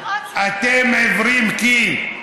מאוד שמחים, אתם עיוורים, כי,